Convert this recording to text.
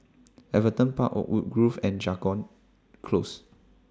Everton Park Oakwood Grove and Jago Close